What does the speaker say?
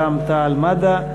של רע"ם-תע"ל-מד"ע.